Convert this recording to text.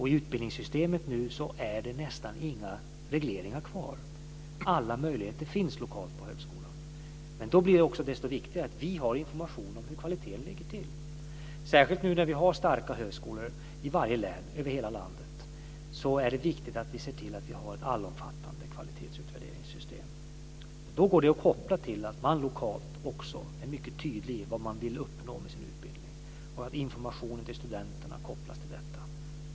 I utbildningssystemet finns det nu nästan inga regleringar kvar. Alla möjligheter finns lokalt på högskolorna. Men då blir det också viktigare att vi har information om kvaliteten. Särskilt nu när vi har starka högskolor i varje län över hela landet måste vi ha ett allomfattande kvalitetsutvärderingssystem. Det går sedan att koppla till att man lokalt är mycket tydlig med vad man vill uppnå med utbildningen och att informationen till studenterna kopplas till detta.